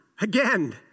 again